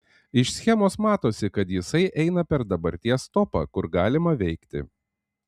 iš schemos matosi kad jisai eina per dabarties topą kur galima veikti